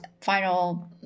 final